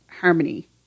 harmony